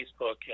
Facebook